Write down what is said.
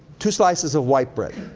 two slices of white bread,